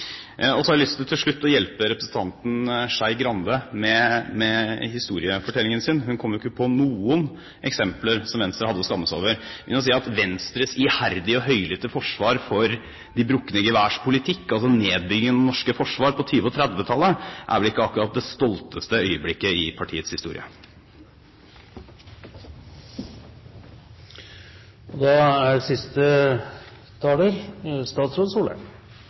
Så har jeg til slutt lyst til å hjelpe representanten Skei Grande med historiefortellingen sin. Hun kom jo ikke på noen eksempler der Venstre hadde grunn til å skamme seg. Venstres iherdige og høylytte forsvar for de brukne geværs politikk, altså nedbyggingen av det norske forsvar på 1920- og 1930-tallet, er vel ikke akkurat det stolteste øyeblikket i partiets historie. Jeg har en litt annen inngang til det